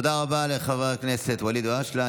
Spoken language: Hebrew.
תודה רבה לחבר הכנסת ואליד אלהואשלה.